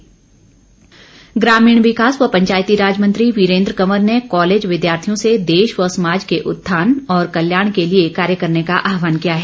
वीरेन्द्र कंवर ग्रामीण विकास व पंचायती राज मंत्री वीरेन्द्र कंवर ने कॉलेज विद्यार्थियों से देश व समाज के उत्थान और कल्याण के लिए कार्य करने का आहवान किया है